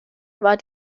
war